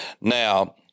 Now